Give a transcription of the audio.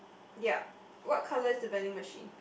ya what colour is the vending machine